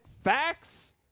facts